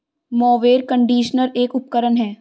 mower conditioner एक उपकरण है